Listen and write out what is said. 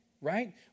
right